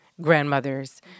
grandmothers